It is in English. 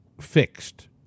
fixed